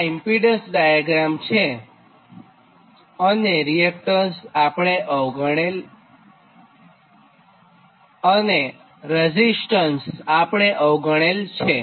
આ impedance diagram છેઅને resistance આપણે અવગણેલ છે